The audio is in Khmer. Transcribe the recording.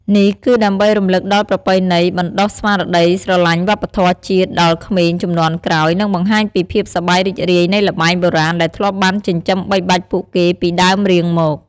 នេះគឺដើម្បីរំលឹកដល់ប្រពៃណី បណ្តុះស្មារតីស្រឡាញ់វប្បធម៌ជាតិដល់ក្មេងជំនាន់ក្រោយ និងបង្ហាញពីភាពសប្បាយរីករាយនៃល្បែងបុរាណដែលធ្លាប់បានចិញ្ចឹមបីបាច់ពួកគេពីដើមរៀងមក។